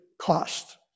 cost